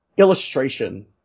illustration